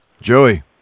Joey